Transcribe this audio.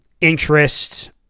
interest